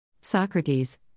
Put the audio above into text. Socrates